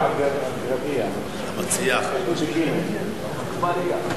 גם עפו אגבאריה הצביע ההיפך ממה שהוא רצה.